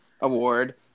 Award